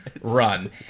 run